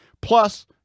Plus